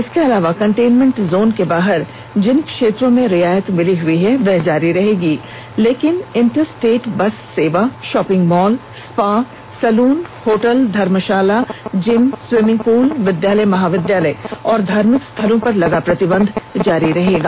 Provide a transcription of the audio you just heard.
इसके अलावा containment zone के बाहर जिन क्षेत्रों में रियायत मिली हुई है वह जारी रहेगी लेकिन इंटरस्टेट बस सेवा shopping mall spa salon hotel dharamshala gym swimming pool विद्यालय महाविद्यालय और धार्मिक स्थलों पर लगा प्रतिबंध जारी रहेगा